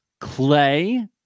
Clay